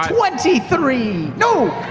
twenty three! no!